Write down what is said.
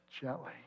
gently